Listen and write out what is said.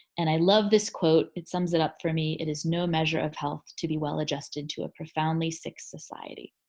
and i love this quote, it sums it up for me. it is no measure of health to be well adjusted to a profoundly sick society.